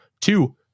Two